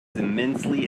immensely